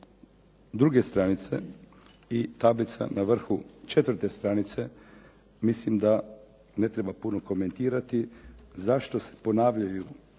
druge stranice i tablica na vrhu četvrte stranice mislim da ne treba puno komentirati zašto se ponavljaju